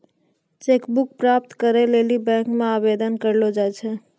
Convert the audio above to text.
cheque book प्राप्त करै लेली बैंक मे आवेदन करलो जाय छै